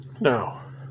Now